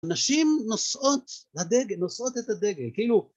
‫נשים נושאות הדגל, את הדגל, כאילו...